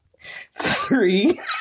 Three